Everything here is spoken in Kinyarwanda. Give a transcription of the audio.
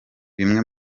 bimwe